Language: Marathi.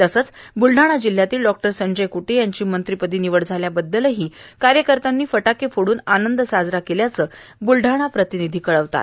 तसंच ब्लढाणा जिल्हयातील डॉ संजय कृटे यांची मंत्रीपदी निवड झाल्याबददल कार्यकत्र्यांनी फटाके फोडून आनंद साजरा केल्याचं ब्लढाणा प्रतिनिधी कळविलं आहे